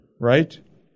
right